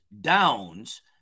downs